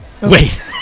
Wait